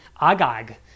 Agag